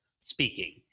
speaking